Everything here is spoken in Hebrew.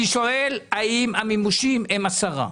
אני שואל האם המימושים הם עשרה.